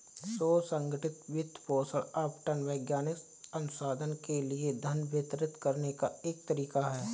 स्व संगठित वित्त पोषण आवंटन वैज्ञानिक अनुसंधान के लिए धन वितरित करने का एक तरीका हैं